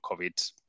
COVID